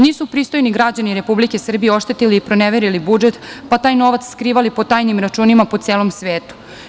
Nisu pristojni građani Republike Srbije oštetili i proneverili budžet, pa taj novac skrivali po tajnim računima po celom svetu.